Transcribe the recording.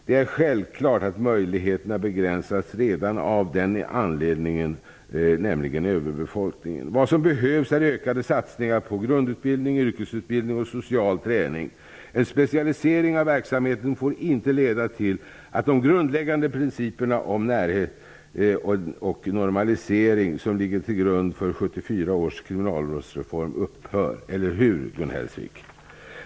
Det är självklart att möjligheterna begränsas redan av överbeläggningen. Vad som behövs inom kriminalvården är ökade satsningar på grundutbildning, yrkesutbildning och social träning. En specialisering av verksamheten får inte leda till att de grundläggande principerna om närhet och normalisering, som ligger tilll grund för 1974 års kriminalvårdsreform, upphör att gälla. Eller hur, Gun Hellsvik?